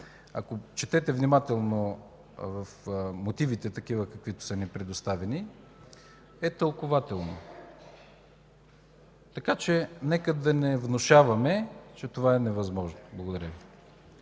ако четете внимателно в мотивите – такива, каквито са ни предоставени, е тълкувателно. Така че нека да не внушаваме, че това е невъзможно. Благодаря Ви.